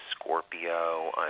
Scorpio